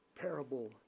parable